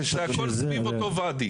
סביב אותו ואדי.